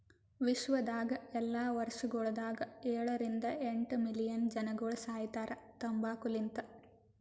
ವಿಶ್ವದಾಗ್ ಎಲ್ಲಾ ವರ್ಷಗೊಳದಾಗ ಏಳ ರಿಂದ ಎಂಟ್ ಮಿಲಿಯನ್ ಜನಗೊಳ್ ಸಾಯಿತಾರ್ ತಂಬಾಕು ಲಿಂತ್